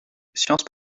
sciences